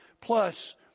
plus